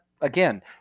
again